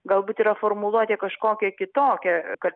galbūt yra formuluotė kažkokia kitokia kad